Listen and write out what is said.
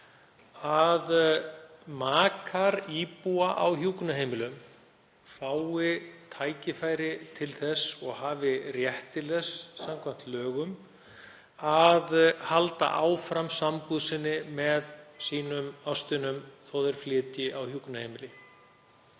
að makar íbúa á hjúkrunarheimilum fái tækifæri til þess og hafi rétt til þess samkvæmt lögum að halda áfram sambúð með ástvinum sínum þó að þeir flytji á hjúkrunarheimili.